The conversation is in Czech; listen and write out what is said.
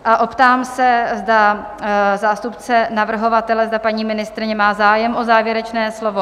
A optám se, zda zástupce navrhovatele, zda paní ministryně má zájem o závěrečné slovo?